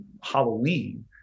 Halloween